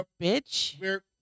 bitch